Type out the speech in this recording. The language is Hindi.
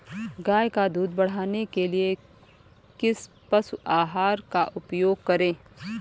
गाय का दूध बढ़ाने के लिए किस पशु आहार का उपयोग करें?